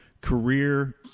career